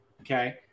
okay